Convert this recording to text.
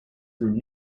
through